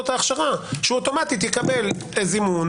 את ההכשרה שהוא אוטומטית יקבל זימון.